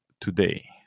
today